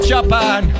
Japan